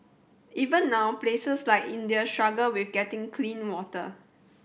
even now places like India struggle with getting clean water